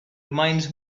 reminds